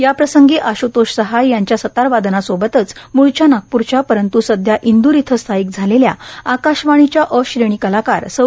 याप्रसंगी आश्तोष सहाय यांच्या सतार वादनासोबातच म्ळच्या नागपूरच्या परंत् सध्या इंदूर इथं स्थायिक झालेल्या आकाशवाणीच्या अ श्रेणी कलाकार सौ